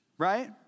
Right